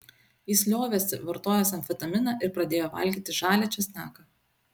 jis liovėsi vartojęs amfetaminą ir pradėjo valgyti žalią česnaką